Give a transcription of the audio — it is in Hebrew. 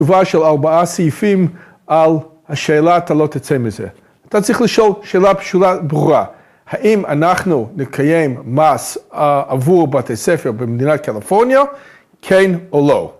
‫תשובה של ארבעה סעיפים ‫על השאלה, אתה לא תצא מזה. ‫אתה צריך לשאול שאלה פשוטה, ברורה. ‫האם אנחנו נקיים מס ‫עבור בתי ספר במדינת קליפורניה, ‫כן או לא?